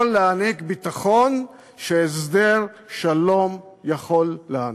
להעניק ביטחון שהסדר שלום יכול להעניק.